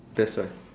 that's why